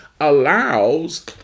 allows